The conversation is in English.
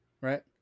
Right